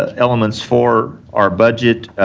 ah elements for our budget.